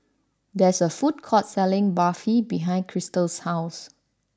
there is a food court selling Barfi behind Krystal's house